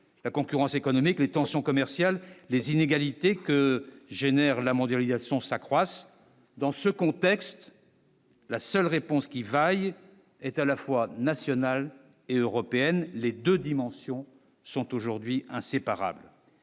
la concurrence économique les tensions commerciales les inégalités que génère la mondialisation s'accroissent dans ce contexte, la seule réponse qui vaille est à la fois nationale et européenne, les 2 dimensions sont aujourd'hui inséparables